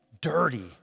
dirty